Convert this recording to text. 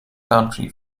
country